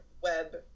web